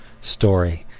story